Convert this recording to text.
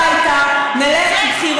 בלי תקציב,